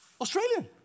Australian